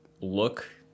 look